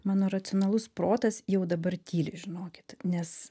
mano racionalus protas jau dabar tyli žinokit nes